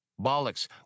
Bollocks